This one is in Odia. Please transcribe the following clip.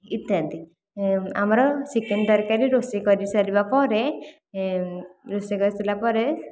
ଇତ୍ୟାଦି ଆମର ଚିକେନ ତରକାରୀ ରୋଷେଇ କରିସାରିବା ପରେ ରୋଷେଇ କରି ସାରିଲା ପରେ